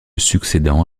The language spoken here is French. succédant